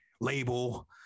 label